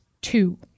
two